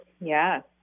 Yes